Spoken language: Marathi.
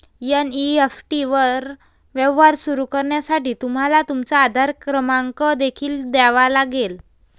एन.ई.एफ.टी वर व्यवहार सुरू करण्यासाठी तुम्हाला तुमचा आधार क्रमांक देखील द्यावा लागेल